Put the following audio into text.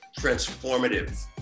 transformative